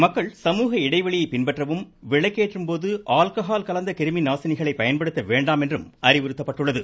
மக்கள் சமூக இடைவெளியை பின்பற்றவும் விளக்கேற்றும் போது ஆல்கஹால் கலந்த கிருமிநாசினிகளை பயன்படுத்த வேண்டாம் என்றும் அறிவுறுத்தப்பட்டுள்ளது